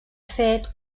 fet